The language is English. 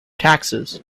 taxes